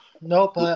Nope